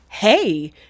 Hey